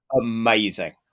amazing